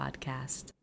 Podcast